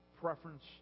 preference